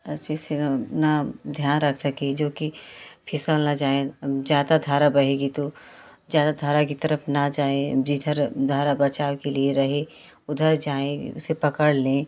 अच्छे से अपना ध्यान रख सकें जोकि फिसल न जाएँ ज़्यादा धारा बहेगी तो ज़्यादा धारा की तरफ़ ना जाएँ जिधर धारा बचाव के लिए रहे उधर जाएँ उसे पकड़ लें